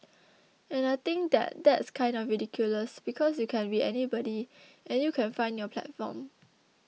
and I think that that's kind of ridiculous because you can be anybody and you can find your platform